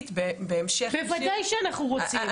בהמשך ישיר --- בוודאי שאנחנו רוצים.